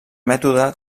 mètode